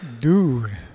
dude